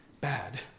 bad